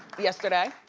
yesterday.